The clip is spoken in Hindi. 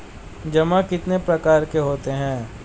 जमा कितने प्रकार के होते हैं?